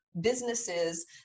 businesses